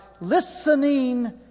listening